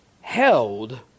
held